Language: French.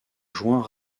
joint